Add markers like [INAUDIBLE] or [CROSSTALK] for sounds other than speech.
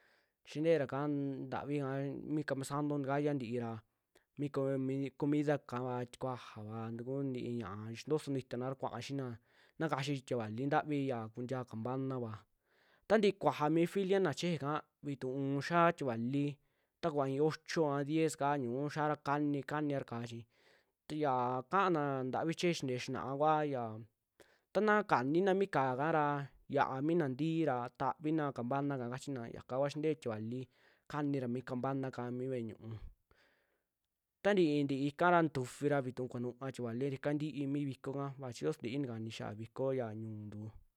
Xinteraka ntavika mi kamisanto takaya ntira mi coomi comida [HESITATION] kava, tikuajava, ta kuu ntii ña'a xintoso nuju itana ra kuaa xiina na kaxii tie valii ntavi ya kuntia campanava, tantii kuaja mi filia naa chejeka vituu xiaa tie vali ta kuvaa i'i ocho a diez kaa ñiuu xiaara kani, kanira ka'á chi ya kaana ntavi cheje xintee xinaa kua yia ta na kanina mi ka'á kara xia'a mina ntii ra tavina campanaka kachina, yaka kua xintee tie kuali kanira mi campanaka mii ve'e ñiu'u taa ntii, ntii ikara nitufi ra vituu kuanuuva tie kuali ra ika ti'i mi vikoka, vaa chi yo'o sintii takani xiaa viko ya ñu'untu.